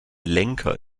lenker